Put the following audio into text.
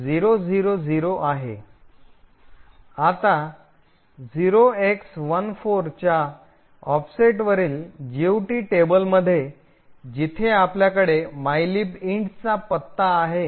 आता 0x14 च्या ऑफसेटवरील जीओटी टेबल मध्ये जिथे आपल्याकडे मायलिब इंटचा mylib int पत्ता आहे